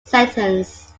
sentence